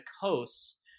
coasts